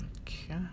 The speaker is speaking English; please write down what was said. Okay